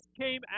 came